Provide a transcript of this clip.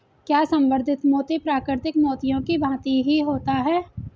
क्या संवर्धित मोती प्राकृतिक मोतियों की भांति ही होता है?